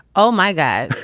oh my god.